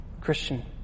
Christian